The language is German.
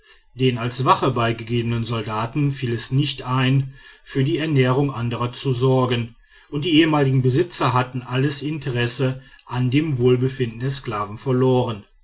den als wache beigegebenen soldaten fiel es nicht ein für die ernährung anderer zu sorgen und die ehemaligen besitzer hatten alles interesse an dem wohlbefinden der sklaven verloren